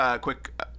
quick